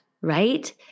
right